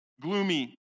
gloomy